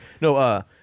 No